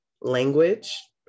language